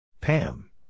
Pam